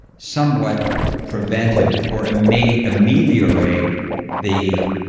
somewhat preventive or ah may ameliorate the